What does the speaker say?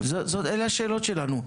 אלו השאלות שלנו.